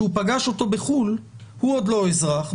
שהוא פגש אותו בחו"ל הוא עוד לא אזרח.